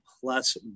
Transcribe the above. plus